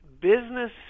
Business